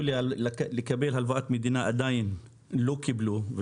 לקבל הלוואת מדינה עדיין לא קיבלו,